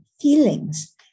feelings